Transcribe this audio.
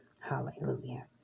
hallelujah